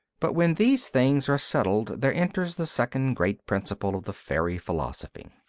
but when these things are settled there enters the second great principle of the fairy philosophy.